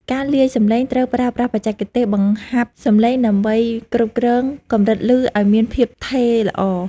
អ្នកលាយសំឡេងត្រូវប្រើប្រាស់បច្ចេកទេសបង្ហាប់សំឡេងដើម្បីគ្រប់គ្រងកម្រិតឮឱ្យមានភាពថេរល្អ។